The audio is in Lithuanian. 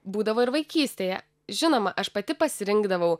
būdavo ir vaikystėje žinoma aš pati pasirinkdavau